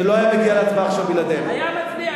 זה לא היה מגיע להצבעה עכשיו בלעדינו, בלעדינו.